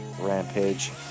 Rampage